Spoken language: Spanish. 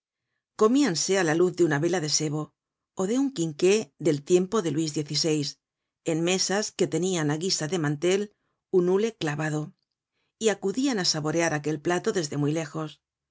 comíanse á la luz de una vela de sebo ó de un quinqué del tiempo de luis xvi en mesas que tenian á guisa de mantel un hule clavado y acudian á saborear aquel plato desde muy lejos